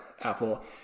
Apple